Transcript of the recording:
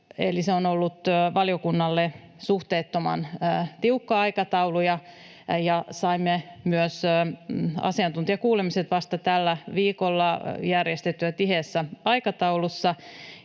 se on ollut valiokunnalle suhteettoman tiukka aikataulu. Saimme myös asiantuntijakuulemiset vasta tällä viikolla järjestettyä tiheässä aikataulussa.